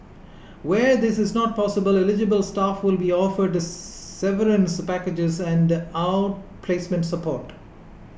where this is not possible eligible staff will be offered severance packages and outplacement support